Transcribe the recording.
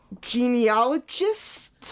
genealogist